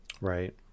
Right